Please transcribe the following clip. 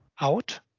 out